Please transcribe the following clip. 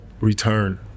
return